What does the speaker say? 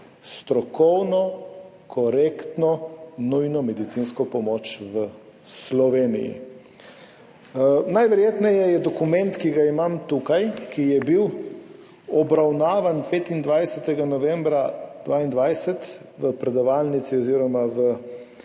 strokovno korektno nujno medicinsko pomoč v Sloveniji. Najverjetneje je dokument, ki ga imam tukaj in ki je bil obravnavan 25. novembra 2022 v predavalnici oziroma v seminarski